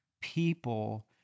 people